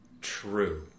True